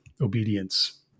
obedience